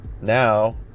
now